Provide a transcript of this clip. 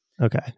Okay